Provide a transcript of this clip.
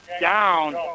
down